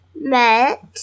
met